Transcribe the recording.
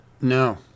No